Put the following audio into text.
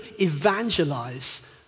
evangelize